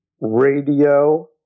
radio